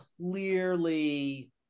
clearly